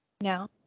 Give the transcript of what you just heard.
No